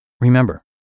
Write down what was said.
Remember